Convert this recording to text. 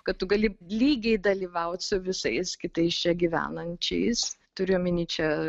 kad tu gali lygiai dalyvaut su visais kitais čia gyvenančiais turiu omeny čia